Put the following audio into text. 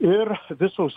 ir visos